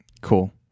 Cool